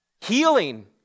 healing